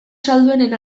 salduenen